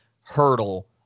hurdle